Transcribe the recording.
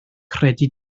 credu